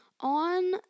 on